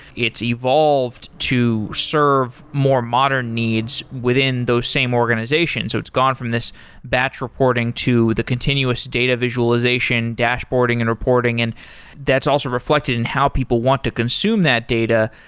it's evolved to serve more modern needs within those same organizations, so it's gone from this batch reporting to the continuous data visualization, dashboarding and reporting, and that's also reflected in how people want to consume that data,